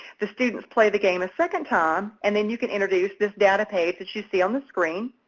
the students play the game a second time and then you can introduce this data page that you see on the screen.